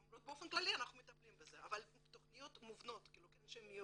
הם אומרים באופן כללי שהם מטפלים בזה.